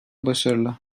başarılı